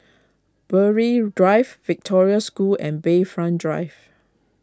Burghley Drive Victoria School and Bayfront Drive